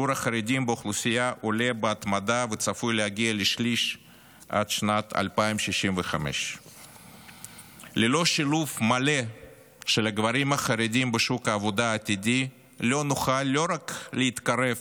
שיעור החרדים באוכלוסייה עולה בהתמדה וצפוי להגיע לשליש עד שנת 2065. ללא שילוב מלא של הגברים החרדים בשוק העבודה העתידי לא נוכל לא רק להתקרב